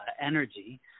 energy